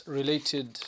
related